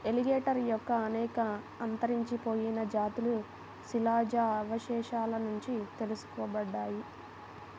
alligator యొక్క అనేక అంతరించిపోయిన జాతులు శిలాజ అవశేషాల నుండి తెలుసుకోబడ్డాయి